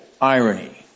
irony